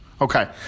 Okay